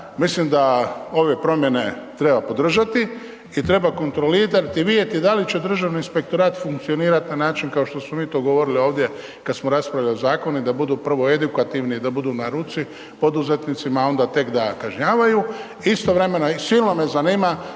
mislim da ove promjene treba podržati i treba kontrolirati i vidjeti da li će Državni inspektorat funkcionirati na način kao što smo mi to govorili ovdje kad samo raspravljali o zakonu da budu prvo edukativni da budu na ruci poduzetnicima, a onda tek da kažnjavaju. Istovremeno i silno me zanima